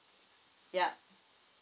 ya